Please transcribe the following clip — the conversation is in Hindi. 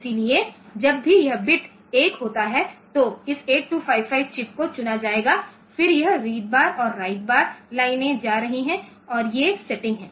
इसलिए जब भी यह बिट 1 होता है तो इस 8255 चिप को चुना जाएगा फिर यह रीड बार और राइट बार लाइनें जा रही हैं और ये सेटिंग हैं